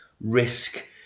risk